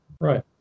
Right